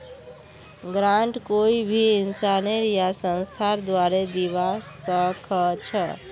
grant कोई भी इंसानेर या संस्थार द्वारे दीबा स ख छ